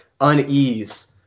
unease